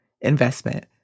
investment